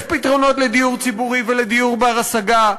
יש פתרונות לדיור ציבורי ולדיור בר-השגה.